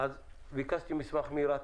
אז ביקשתי מסמך מרת"א,